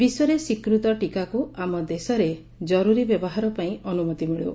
ବିଶ୍ୱରେ ସ୍ୱୀକୃତ ଟିକାକୁ ଆମ ଦେଶରେ ଜରୁରୀ ବ୍ୟବହାର ପାଇଁ ଅନୁମତି ମିଳୁ